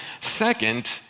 Second